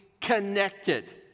connected